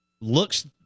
looks